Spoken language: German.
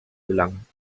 gelangen